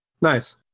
nice